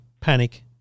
panic